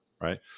Right